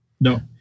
no